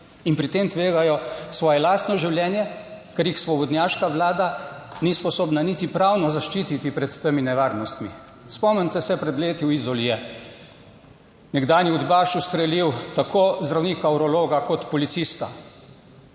in pri tem tvegajo svoje lastno življenje, ker jih svobodnjaška vlada ni sposobna niti pravno zaščititi pred temi nevarnostmi. Spomnite se pred leti v Izoli je nekdanji udbaš ustrelil tako zdravnika urologa kot policista